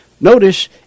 Notice